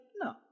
No